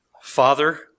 Father